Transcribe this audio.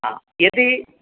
आ यदि